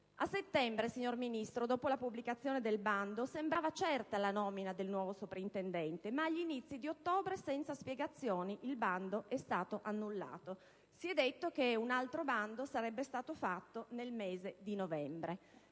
A settembre, signor Ministro, dopo la pubblicazione del bando, sembrava certa la nomina del nuovo soprintendente, ma agli inizi di ottobre, senza spiegazioni, il bando è stato annullato. Si è detto che un altro bando sarebbe stato fatto nel mese di novembre.